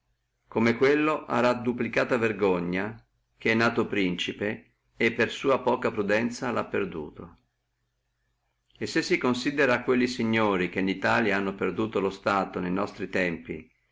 come quello ha duplicata vergogna che nato principe lo ha per sua poca prudenzia perduto e se si considerrà quelli signori che in italia hanno perduto lo stato a nostri tempi